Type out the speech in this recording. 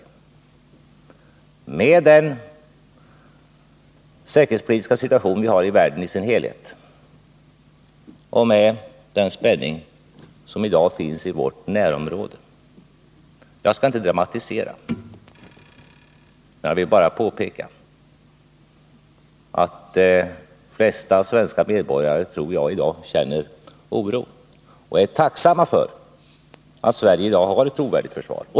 Det är illa valt med tanke Nr 45 på den säkerhetspolitiska situation som råder i världen i dess helhet och med tanke på den spänning som i dag finns i vårt närområde. Jag skall inte dramatisera, men jag tror att de flesta svenska medborgare i dag känner oro och är tacksamma för att Sverige har ett trovärdigt försvar.